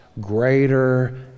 greater